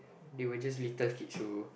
they were just little kids who